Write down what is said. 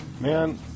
Man